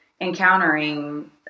encountering